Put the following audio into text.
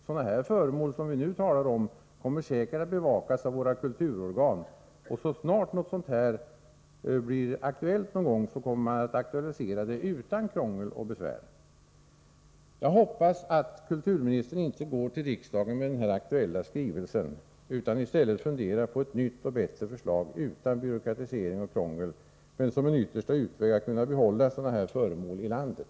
Föremål av det slag som vi nu talar om kommer säkerligen att bevakas av våra kulturorgan, och så snart en sådan här fråga blir aktuell kommer den att behandlas utan krångel och besvär. Jag hoppas att kulturministern inte går till riksdagen med den här aktuella skrivelsen, utan i stället funderar på ett nytt och bättre förslag utan byråkratisering och krångel som en yttersta utväg för att vi skall kunna behålla sådana här föremål i landet.